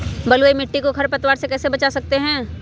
बलुई मिट्टी को खर पतवार से कैसे बच्चा सकते हैँ?